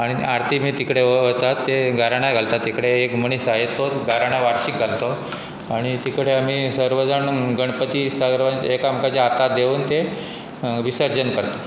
आनी आरती बी तिकडे वतात ते गाराणा घालतात तिकडे एक मनीसाय तोच गाराणा वार्शीक घालता आनी तिकडे आमी सर्व जाण गणपती सगळ एक आमकां जे आतां देवन ते विसर्जन करता